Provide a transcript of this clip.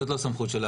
זאת לא הסמכות שלנו,